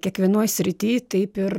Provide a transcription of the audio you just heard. kiekvienoj srity taip ir